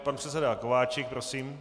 Pan předseda Kováčik, prosím.